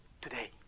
today